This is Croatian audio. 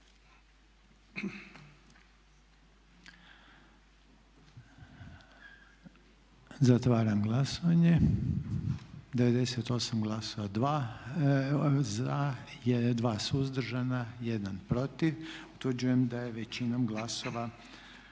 završeno. 98 glasova za, 2 suzdržana i 1 protiv. Utvrđujem da je većinom glasova